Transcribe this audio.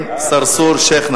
4626,